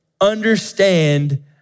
understand